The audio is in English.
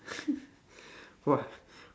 !wah!